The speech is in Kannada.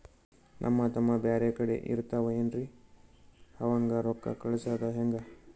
ನಮ್ ತಮ್ಮ ಬ್ಯಾರೆ ಕಡೆ ಇರತಾವೇನ್ರಿ ಅವಂಗ ರೋಕ್ಕ ಕಳಸದ ಹೆಂಗ?